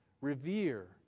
revere